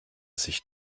sich